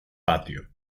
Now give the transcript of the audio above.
patio